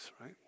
right